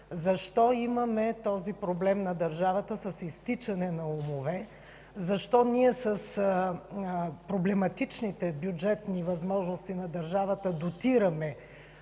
защо има проблем в държавата с изтичане на умове; защо с проблематичните бюджетни възможности на държавата дотираме